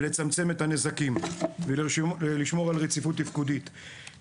לצמצם את הנזקים ולשמור על רציפות תפקודית.